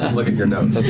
um look at your notes,